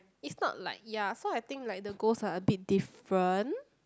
it's not like ya so I think like the goals are a bit different